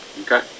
okay